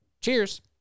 Cheers